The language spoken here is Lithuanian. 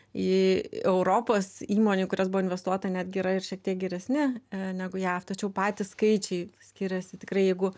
į europos įmonių kurias buvo investuota netgi yra ir šiek tiek geresni negu jav tačiau patys skaičiai skiriasi tikrai jeigu